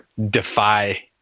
Defy